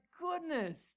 goodness